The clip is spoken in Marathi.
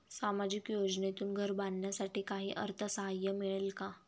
सामाजिक योजनेतून घर बांधण्यासाठी काही अर्थसहाय्य मिळेल का?